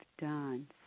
done